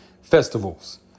festivals